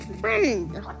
friend